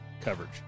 coverage